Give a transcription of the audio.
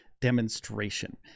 demonstration